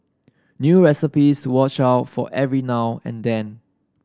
new recipes watch out for every now and then